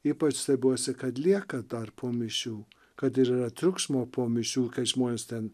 ypač stebiuosi kad lieka dar po mišių kad ir yra triukšmo po mišių kai žmonės ten